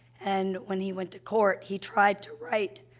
and when he went to court, he tried to write,